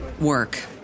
work